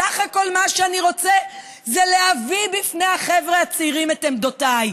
בסך הכול מה שאני רוצה זה להביא בפני החבר'ה הצעירים את עמדותיי.